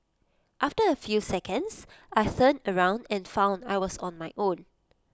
after A few seconds I turned around and found I was on my own